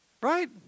Right